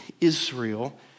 Israel